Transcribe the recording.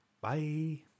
Bye